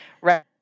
right